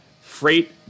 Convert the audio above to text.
freight